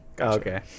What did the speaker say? okay